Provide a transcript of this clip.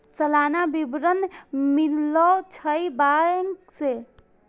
सलाना विवरण मिलै छै बैंक से?